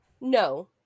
No